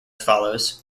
follows